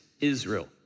Israel